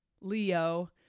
Leo